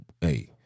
hey